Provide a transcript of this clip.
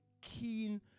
keen